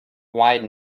wide